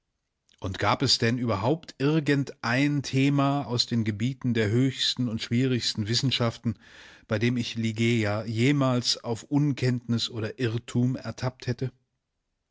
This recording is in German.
und gab es denn überhaupt irgendein thema aus den gebieten der höchsten und schwierigsten wissenschaften bei dem ich ligeia jemals auf unkenntnis oder irrtum ertappt hätte